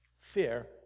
Fear